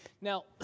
Now